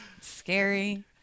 Scary